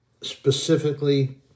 specifically